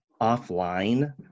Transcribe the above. offline